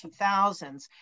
2000s